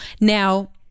Now